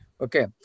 Okay